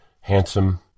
handsome